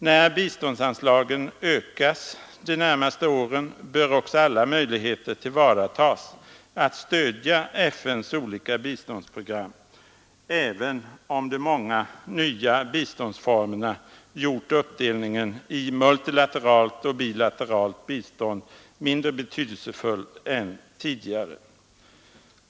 När biståndsanslagen ökas de närmaste åren bör också alla möjligheter tillvaratas att stödja FN:s olika biståndsprogram, även om de många nya biståndsformerna gjort uppdelningen i multilateralt och bilateralt bistånd mindre betydelsefull än tidigare.